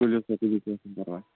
تُلِو سا تُلِو کینٛہہ چھُنہٕ پَرواے